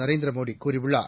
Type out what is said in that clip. நரேந்திர மோடி கூறியுள்ளார்